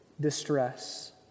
distress